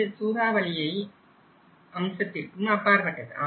இது சூறாவளி அம்சத்திற்கும் அப்பாற்பட்டது